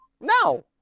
No